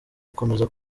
gukomeza